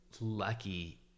lucky